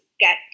get